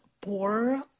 poor